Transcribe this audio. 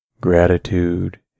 Gratitude